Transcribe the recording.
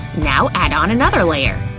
now add on another layer!